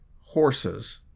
horses